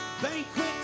Banquet